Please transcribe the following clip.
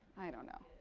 i don't know,